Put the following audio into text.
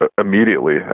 immediately